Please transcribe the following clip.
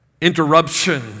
interruption